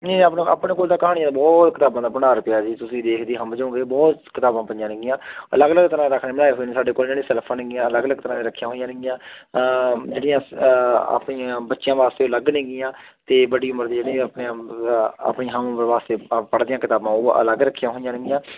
ਇਹ ਆਪਣੇ ਆਪਣੇ ਕੋਲ ਤਾਂ ਕਹਾਣੀਆਂ ਦਾ ਬਹੁਤ ਕਿਤਾਬਾਂ ਦਾ ਭੰਡਾਰ ਪਿਆ ਜੀ ਤੁਸੀਂ ਦੇਖਦੇ ਹੰਭ ਜਾਉਂਗੇ ਬਹੁਤ ਕਿਤਾਬਾਂ ਪਈਆਂ ਨੇਗੀਆਂ ਅਲੱਗ ਅਲੱਗ ਤਰ੍ਹਾਂ ਰੱਖ ਲੈਂਦਾ ਇਸ ਵੇਲੇ ਸਾਡੇ ਕੋਲ ਜਿਹੜੀ ਸੈਲਫਾਂ ਨੇਗੀਆਂ ਅਲੱਗ ਅਲੱਗ ਤਰ੍ਹਾਂ ਰੱਖੀਆਂ ਹੋਈਆਂ ਨੇਗੀਆਂ ਜਿਹੜੀਆਂ ਆਪਣੀਆਂ ਬੱਚਿਆਂ ਵਾਸਤੇ ਅਲੱਗ ਨੇਗੀਆਂ ਅਤੇ ਬੜੀ ਉਮਰ ਦੇ ਜਿਹੜੇ ਆਪਣੇ ਆਪਣੀ ਹਮ ਉਮਰ ਵਾਸਤੇ ਪੜ੍ਹਦੇ ਹਾਂ ਕਿਤਾਬਾਂ ਉਹ ਅਲੱਗ ਰੱਖੀਆਂ ਹੋਈਆਂ ਨੇਗੀਆਂ